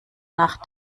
nach